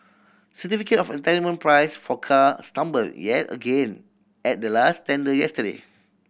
certificate of entitlement price for cars tumbled yet again at the latest tender yesterday